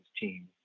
team